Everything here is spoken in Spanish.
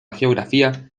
geografía